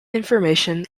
information